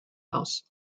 house